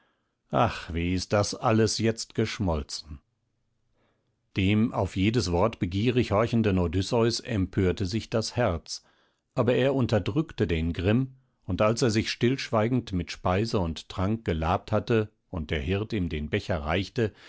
ach wie ist das alles jetzt geschmolzen dem auf jedes wort begierig horchenden odysseus empörte sich das herz aber er unterdrückte den grimm und als er sich stillschweigend mit speise und trank gelabt hatte und der hirt ihm den becher reichte